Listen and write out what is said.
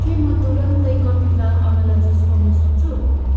के म तुरुन्तै कपिभा अमला जुस पाउन सक्छु